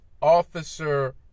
officer